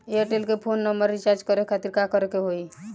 Airtel के phone number recharge करे के खातिर का करे के होई?